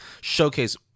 showcase